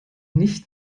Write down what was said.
nicht